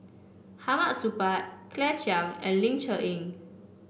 Hamid Supaat Claire Chiang and Ling Cher Eng